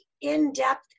in-depth